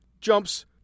jumps